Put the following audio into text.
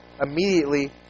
immediately